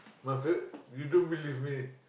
my favourite you don't believe me